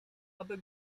aby